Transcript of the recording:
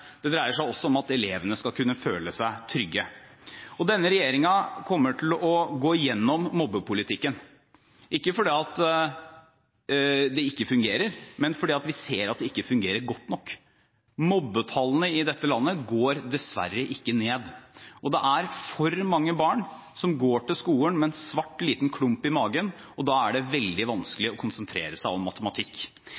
det dreier seg også om at elevene skal kunne føle seg trygge. Denne regjeringen kommer til å gå gjennom mobbepolitikken, ikke fordi det ikke fungerer, men fordi vi ser at det ikke fungerer godt nok. Mobbetallene i dette landet går dessverre ikke ned. Det er for mange barn som går til skolen med en svart liten klump i magen, og da er det veldig